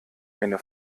eine